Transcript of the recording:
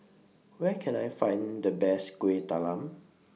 Where Can I Find The Best Kuih Talam